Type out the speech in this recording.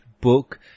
book